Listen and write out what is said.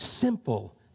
Simple